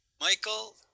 Michael